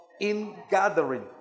Ingathering